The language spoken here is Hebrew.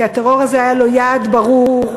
כי הטרור הזה, היה לו יעד ברור,